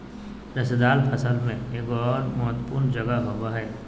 रेशेदार फसल में एगोर महत्वपूर्ण जगह होबो हइ